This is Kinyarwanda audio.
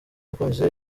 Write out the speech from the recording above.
abakunzi